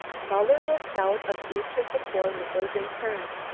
muller looked out of each of the four windows in turn.